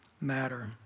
matter